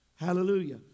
Hallelujah